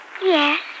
Yes